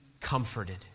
comforted